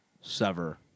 sever